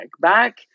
back